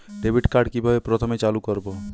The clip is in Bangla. ডেবিটকার্ড কিভাবে প্রথমে চালু করব?